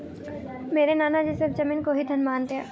मेरे नाना जी सिर्फ जमीन को ही धन मानते हैं